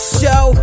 show